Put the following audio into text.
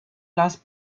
last